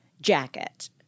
jacket